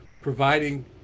providing